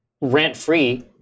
rent-free